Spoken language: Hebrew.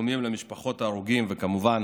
ותנחומים למשפחות ההרוגים, וכמובן